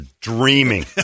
dreaming